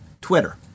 Twitter